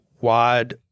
wide